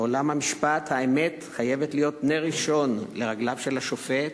בעולם המשפט האמת חייבת להיות נר ראשון לרגליו של השופט,